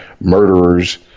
murderers